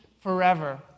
forever